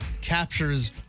captures